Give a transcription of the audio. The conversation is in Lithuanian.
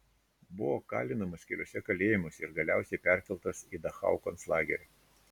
buvo kalinamas keliuose kalėjimuose ir galiausiai perkeltas į dachau konclagerį